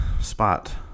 spot